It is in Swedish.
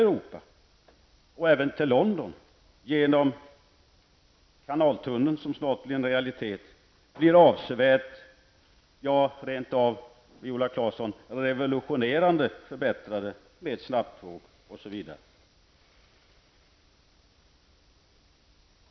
Europa och även till London genom kanaltunneln blir avsevärt, ja rent av, Viola Claesson, sensationellt förbättrade genom användandet av snabbtåg.